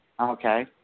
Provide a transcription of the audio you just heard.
Okay